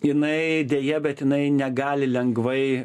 jinai deja bet jinai negali lengvai